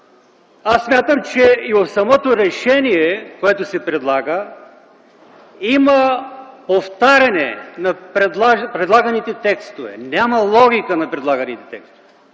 аз смятам, че и в самото решение, което се предлага, има повтаряне на предлаганите текстове – няма логика на предлаганите текстове.